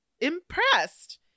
impressed